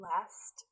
Last